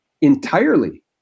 entirely